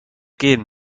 gehen